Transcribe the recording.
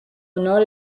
honor